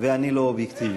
ואני לא אובייקטיבי.